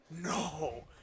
No